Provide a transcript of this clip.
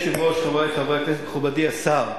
אדוני היושב-ראש, חברי חברי הכנסת, מכובדי השר,